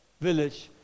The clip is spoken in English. village